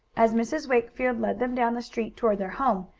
as mrs. wakefield led them down the street, toward their home,